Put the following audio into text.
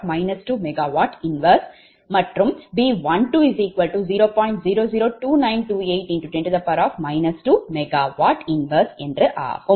002928×10−2𝑀𝑊−1என்று ஆகும்